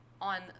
on